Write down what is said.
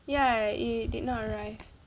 ya it did not arrive